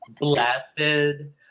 blasted